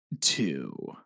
two